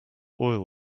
oil